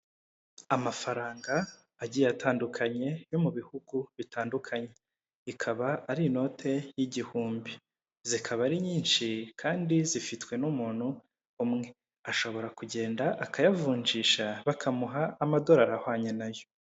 Amafaranga agiye atandukanye yo mu bihugu bitandukanye, ikaba ari inote y'igihumbi zikaba ari nyinshi kandi zifitwe n'umuntu umwe ashobora kugenda akayavunjisha bakamuha amadolari ahwanye nayo.